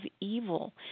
evil